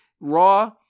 Raw